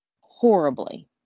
Horribly